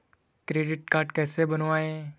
Credit card कैसे बनवाएँ?